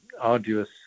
arduous